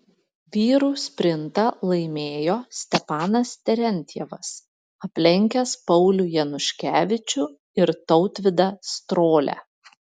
vyrų sprintą laimėjo stepanas terentjevas aplenkęs paulių januškevičių ir tautvydą strolią